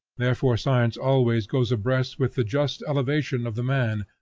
therefore science always goes abreast with the just elevation of the man,